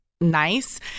nice